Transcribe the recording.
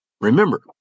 Remember